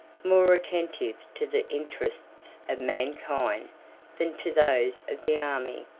more attentive to the interests of mankind than to those of the army,